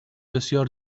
بسیار